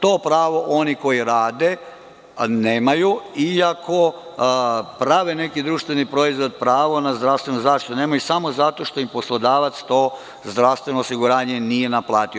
To pravo oni koji rade nemaju, iako prave neki društveni proizvod, pravo na zdravstvenu zaštitu nemaju samo zato što im poslodavac to zdravstveno osiguranje nije naplatio.